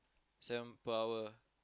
seven per hour